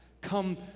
come